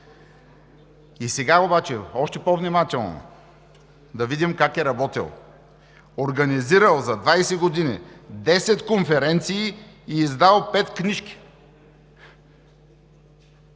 И сега обаче – още по-внимателно – да видим как е работил. Организирал за 20 години десет конференции и е издал пет книжки.